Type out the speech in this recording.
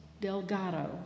Delgado